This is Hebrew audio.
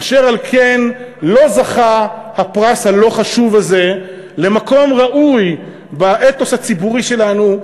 אשר על כן לא זכה הפרס הלא-חשוב הזה למקום ראוי באתוס הציבורי שלנו,